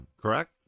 correct